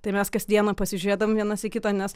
tai mes kas dieną pasižiūrėdavom vienas į kitą nes